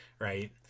Right